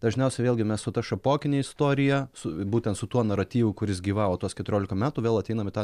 dažniausiai vėlgi mes su ta šapokine istorija su būtent su tuo naratyvu kuris gyvavo tuos keturiolika metų vėl ateinam į tą